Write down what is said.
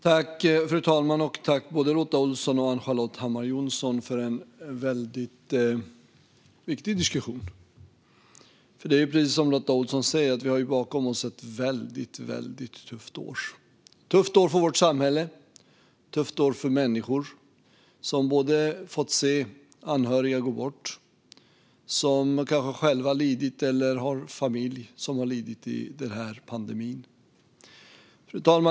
Fru talman! Jag tackar både Lotta Olsson och Ann-Charlotte Hammar Johnsson för en väldigt viktig diskussion. Precis som Lotta Olsson säger har vi ett väldigt tufft år bakom oss, tufft för samhället och för de människor vars anhöriga har gått bort eller som har lidit själva eller har familj som har lidit under pandemin.